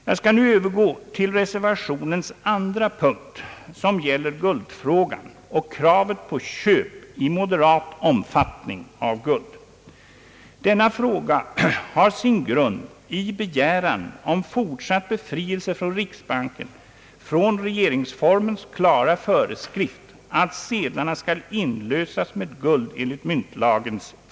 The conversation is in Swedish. Jag skall nu övergå till reservationens andra punkt som gäller guldfrågan och kravet på köp i moderat omfattning av guld. Denna fråga har sin grund i begäran om fortsatt befrielse för riksbanken från regeringsformens klara ord att sedlarna skall inlösas med guld enligt myntlagen.